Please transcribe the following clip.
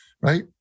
Right